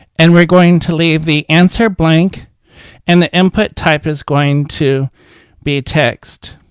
and we're going to leave the answer blank and the input type is going to be text.